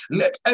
let